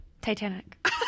Titanic